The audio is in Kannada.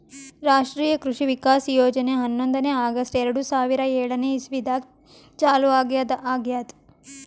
ರಾಷ್ಟ್ರೀಯ ಕೃಷಿ ವಿಕಾಸ್ ಯೋಜನೆ ಹನ್ನೊಂದನೇ ಆಗಸ್ಟ್ ಎರಡು ಸಾವಿರಾ ಏಳನೆ ಇಸ್ವಿದಾಗ ಚಾಲೂ ಆಗ್ಯಾದ ಆಗ್ಯದ್